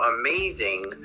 amazing